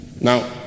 Now